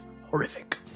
horrific